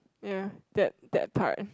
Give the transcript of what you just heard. ya that that part